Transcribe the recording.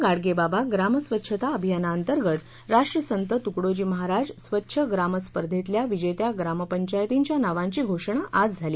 संत गाडगेबाबा ग्राम स्वच्छता अभियानाअंतर्गत राष्ट्रसंत तुकडोजी महाराज स्वच्छ ग्राम स्पर्धेतल्या विजेत्या ग्रामपंचायतींच्या नावांची घोषणा आज झाली